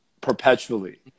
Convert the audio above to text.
perpetually